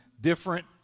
different